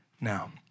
now